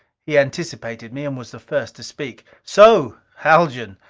he anticipated me, and was the first to speak. so, haljan,